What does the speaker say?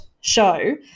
show